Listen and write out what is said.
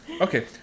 Okay